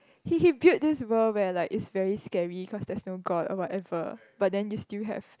he he built this world where like is very scary cause there was no god or whatever but then you still have